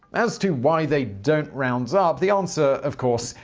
as to why they don't round up, the answer, of course,